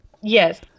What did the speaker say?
Yes